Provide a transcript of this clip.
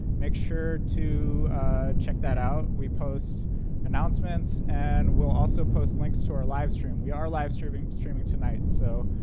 make sure to check that out. we post announcements and we'll also post links to our live stream. we are live streaming streaming tonight. so